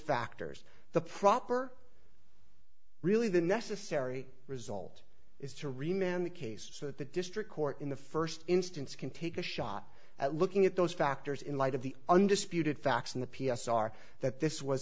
factors the proper really the necessary result is to remember the case so that the district court in the first instance can take a shot at looking at those factors in light of the undisputed facts in the p s r that this was